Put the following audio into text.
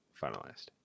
finalized